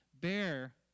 bear